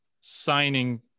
signing